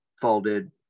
folded